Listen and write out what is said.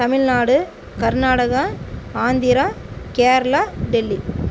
Tamil Nadu Karnataka Andhra Kerala Delhi